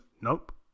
nope